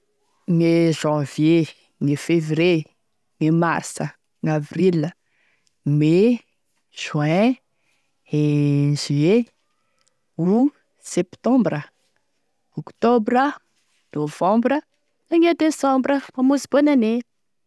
Gne zanvie, gne févrie, gne marsa, gn'avril, mai, juin, e juillet, août, septambre, oktobra, novambra, da gne desambra mamonzy bonne année.